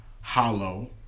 hollow